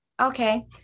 Okay